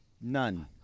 None